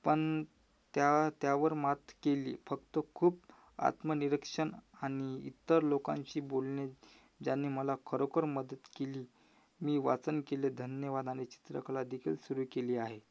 पण त्या त्यावर मात केली फक्त खूप आत्मनिरिक्षण आणि इतर लोकांशी बोलणे ज्यांनी मला खरोखर मदत केली मी वाचन केले धन्यवाद आणि चित्रकलादेखील सुरू केली आहे